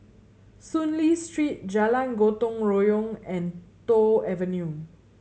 Soon Lee Street Jalan Gotong Royong and Toh Avenue